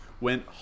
went